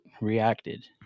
reacted